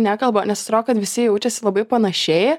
nekalba nes atrodo kad visi jaučiasi labai panašiai